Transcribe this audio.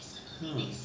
hmm